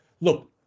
look